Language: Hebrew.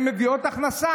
הן מביאות הכנסה.